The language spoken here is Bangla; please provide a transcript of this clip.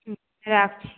হুম রাখছি